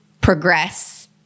progress